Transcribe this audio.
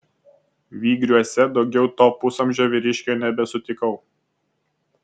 vygriuose daugiau to pusamžio vyriškio nebesutikau